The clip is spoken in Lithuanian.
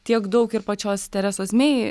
tiek daug ir pačios teresos mei